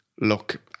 look